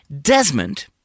Desmond